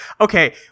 okay